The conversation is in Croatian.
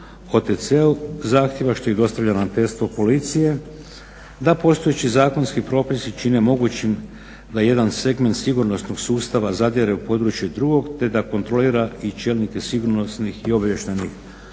OTC-u zahtjeva što ih dostavlja ravnateljstvo policije da postojeći zakonski propisi čine mogućim da jedan segment sigurnosnog sustava zadire u područje drugog te da kontrolira i čelnike sigurnosnih i obavještajnih